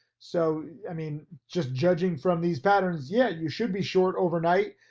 so i mean just judging from these patterns yet you should be short overnight.